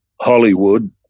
hollywood